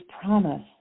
promise